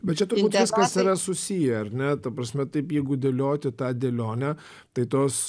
bet čia turbūt viskas yra susiję ar ne ta prasme taip jeigu dėlioti tą dėlionę tai tos